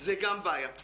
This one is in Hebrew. זה גם בעיה.